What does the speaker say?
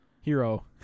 Hero